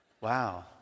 Wow